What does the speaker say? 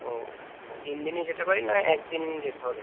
ও আর তিন দিনই যেতে পারি না একদিন যেতে হবে